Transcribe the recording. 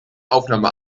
aufnahme